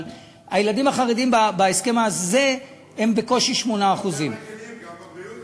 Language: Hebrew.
אבל הילדים החרדים בהסכם הזה הם בקושי 8%. אתם רגילים.